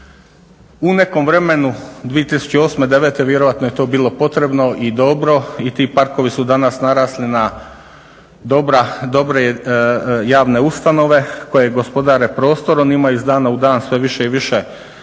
U nekom vremenu 2008., 2009.vjerojatno je to bilo potrebno i dobro i ti parkovi su danas narasli na dobre javne ustanove koje gospodare prostorom, njima iz dana u dan sve više posjetitelja